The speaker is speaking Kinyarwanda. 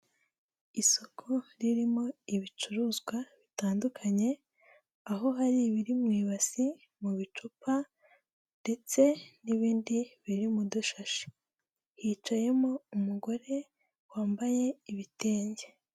Isoko ririmo ibicuruzwa bitandukanye aho hari ibiri mu ibase, mu bicupa ndetse n'ibindi biri mu dushashi, hicayemo umugore wambaye ibitenge.